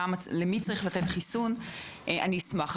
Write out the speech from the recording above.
למי צריך לתת חיסון אז אשמח.